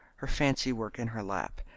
her fancy-work in her lap,